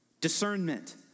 Discernment